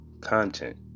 content